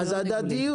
הדדיות.